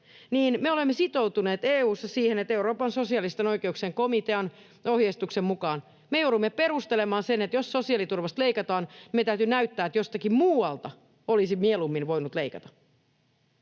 me olemme sitoutuneet EU:ssa siihen, että Euroopan sosiaalisten oikeuksien komitean ohjeistuksen mukaan me joudumme perustelemaan sen. Jos me leikkaamme sosiaaliturvasta, meidän pitää perustella, että me ei oltaisi voitu leikata